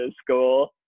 school